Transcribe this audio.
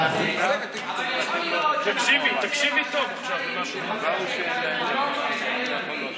אבל יכול להיות שאנחנו נעשה מה שעשה, יאיר לפיד.